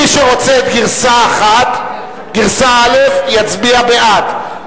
מי שרוצה את גרסה א' יצביע בעד,